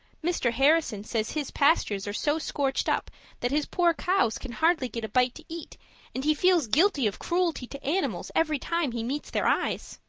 mr. harrison says his pastures are so scorched up that his poor cows can hardly get a bite to eat and he feels guilty of cruelty to animals every time he meets their eyes.